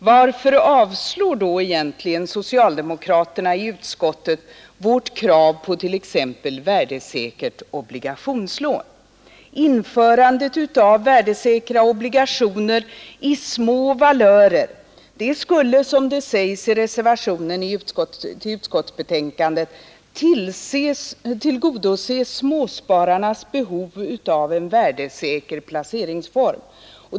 Varför avstyrker då socialdemokraterna i utskottet t.ex. vårt krav på värdesäkert obligationslån? Införandet av värdesäkra obligationer i små valörer skulle, som det sägs i reservationen till utskottsbetänkandet, tillgodose småspararnas behov av en värdesäker placeringsform.